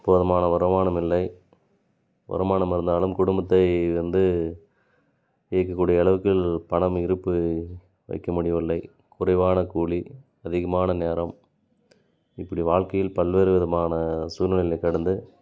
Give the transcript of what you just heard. போதுமான வருமானம் இல்லை வருமானம் இருந்தாலும் குடும்பத்தை வந்து இயக்கக்கூடிய அளவுக்கு பணம் இருப்பு வைக்க முடியவில்லை குறைவான கூலி அதிகமான நேரம் இப்படி வாழ்க்கையில் பல்வேறு விதமான சூழ்நிலைகளை கடந்து